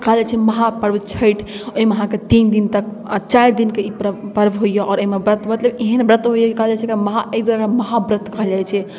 कहल जाइ छै महापर्व छठि एहिमे अहाँके तीन दिन तक आओर चारि दिनके ई परब पर्व होइए आओर एहिमे व्रत मतलब एहन व्रत होइए कि कहल जाइए महा एहि दुआरे महाव्रत कहल जाइ छै